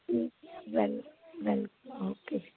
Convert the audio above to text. ਠੀਕ ਐ well welcome okay